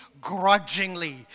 grudgingly